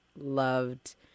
loved